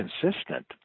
consistent